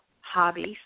hobbies